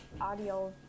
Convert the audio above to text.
audio